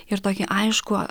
ir tokį aiškų